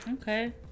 okay